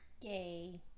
Yay